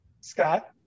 Scott